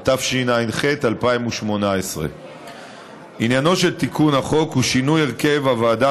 התשע"ח 2018. עניינו של תיקון החוק הוא שינוי הרכב הוועדה